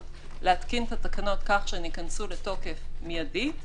להתקין את התקנות כך שהן ייכנסו לתוקף מיידית,